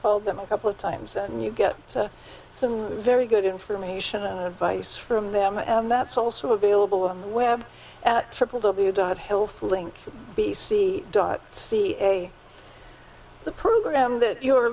called them a couple of times and you get some very good information and advice from them and that's also available on the web at triple w dot health link b c dot ca the program that you